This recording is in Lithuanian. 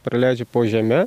praleidžia po žeme